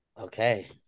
Okay